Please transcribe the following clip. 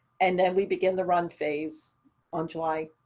and then we begin the run phase on july